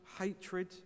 hatred